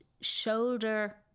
shoulder